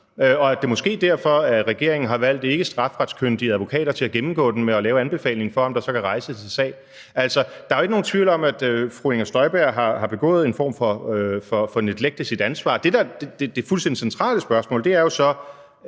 Og det er måske derfor, regeringen har valgt ikkestrafferetskyndige advokater til at gennemgå den og lave anbefalingen om, om der så kan rejses en sag. Der er jo ikke nogen tvivl om, at fru Inger Støjberg har begået en form for neglekt i forhold til sit ansvar. Det, der er det fuldstændig centrale spørgsmål, er jo så,